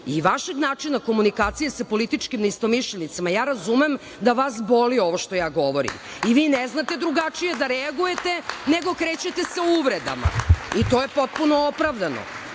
i vašeg načina komunikacije sa političkim neistomišljenicima, razumem da vas boli ovo što govorim i vi ne znate drugačije da reagujete, nego krećete sa uvredama i to je potpuno opravdano,